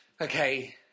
Okay